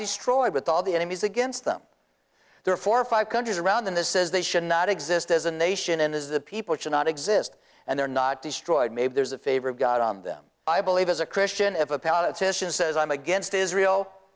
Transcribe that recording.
destroyed with all the enemies against them there are four or five countries around the says they should not exist as a nation and as a people should not exist and they're not destroyed maybe there's a favor of god on them i believe as a christian if a politician says i'm against israel